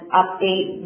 update